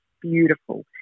beautiful